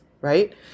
right